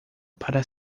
para